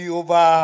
over